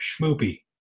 Schmoopy